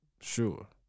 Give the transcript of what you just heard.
sure